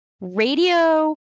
radio